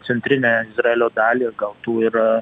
centrinę izraelio dalį ir gal tų ir